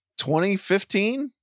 2015